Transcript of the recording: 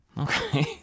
Okay